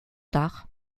tard